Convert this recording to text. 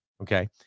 okay